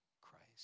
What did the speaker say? Christ